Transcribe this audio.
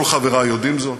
כל חברי יודעים זאת.